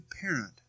parent